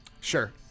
Sure